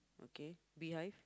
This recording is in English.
okay behave